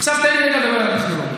עכשיו תן לי רגע לדבר על הטכנולוגיה.